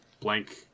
blank